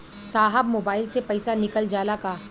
साहब मोबाइल से पैसा निकल जाला का?